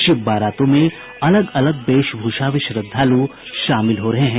शिव बारातों में अलग अलग वेशभूषा में श्रद्धालु शामिल हो रहे हैं